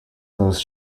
those